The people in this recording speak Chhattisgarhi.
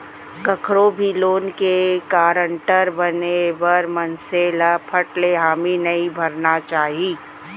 कखरो भी लोन के गारंटर बने बर मनसे ल फट ले हामी नइ भरना चाही